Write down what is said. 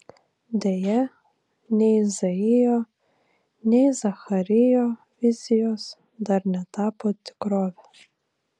deja nei izaijo nei zacharijo vizijos dar netapo tikrove